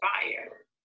fire